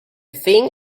thing